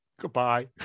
Goodbye